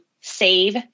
save